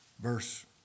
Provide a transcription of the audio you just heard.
Verse